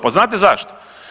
Pa znate zašto?